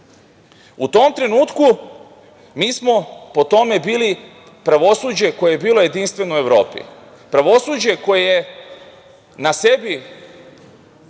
U tom trenutku mi smo po tome bili pravosuđe koje je bilo jedinstveno u Evropi, pravosuđe koje je u tom